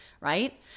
right